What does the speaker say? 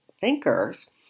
thinkers